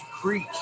Creek